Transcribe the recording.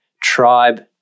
tribe